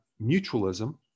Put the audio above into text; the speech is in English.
mutualism